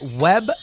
web